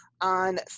on